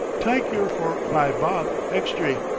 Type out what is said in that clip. tyke yer for five-bob extry.